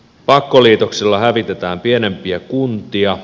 pakkoliitoksilla hävitetään pienempiä kuntia